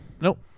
Nope